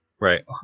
Right